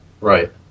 Right